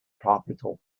tropical